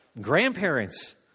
grandparents